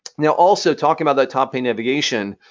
now, also, talking about that top-hand navigation,